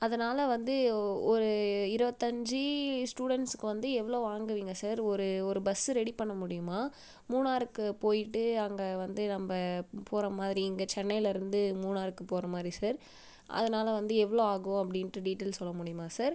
அதனால் வந்து ஒரு இருவத்தஞ்சி ஸ்டூடெண்ட்ஸ்க்கு வந்து எவ்வளோ வாங்குவீங்க சார் ஒரு ஒரு பஸ் ரெடி பண்ண முடியுமா மூணாறுக்கு போய்ட்டு அங்கே வந்து நம்ப போகிற மாதிரி இங்கே சென்னைல இருந்து மூணாறுக்கு போகிற மாதிரி சார் அதனால் வந்து எவ்வளோ ஆகும் அப்படின்ட்டு டீட்டைல் சொல்ல முடியுமா சார்